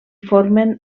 formen